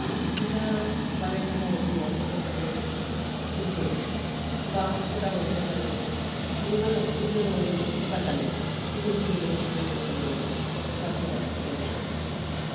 Wo keta belee tahawoo ti, a keta balee sikoo ti, i be a fitaroo kela a la le niŋ i maŋ lafi puuseeroo ye i bataandi, i be jio le wiisi la jee domondiŋ i ye a fita a ye seneyaa.